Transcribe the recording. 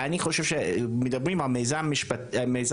ואני חושב שמדברים על מיזם חברתי,